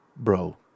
Bro